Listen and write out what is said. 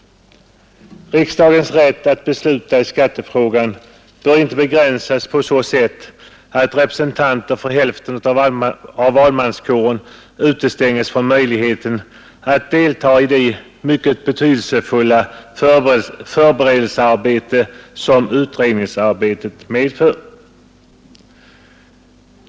Riksdagens rätt att besluta i skattefrågan bör inte begränsas på så sätt att representanter för hälften av valmanskåren utestänges från möjligheten att delta i det mycket betydelsefulla förberedelsearbete som utredningsarbetet medför.